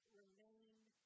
remained